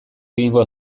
egingo